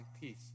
peace